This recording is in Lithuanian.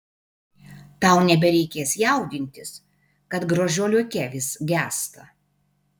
tau nebereikės jaudintis kad gražuoliuke vis gęsta